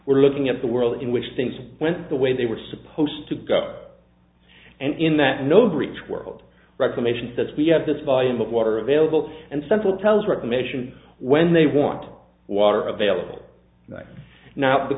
we're looking at the world in which things went the way they were supposed to go and in that no breach world reclamation says we have this volume of water available and someone tells reclamation when they want to water available now the